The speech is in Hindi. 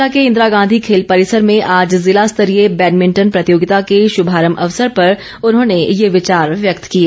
शिमला के इंदिरा गांधी खेल परिसर में आज जिला स्तरीय बैडभिंटन प्रतियोगिता के शुभारंभ अवसर पर उन्होंने ये विचार व्यक्त किए